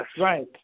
Right